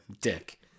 dick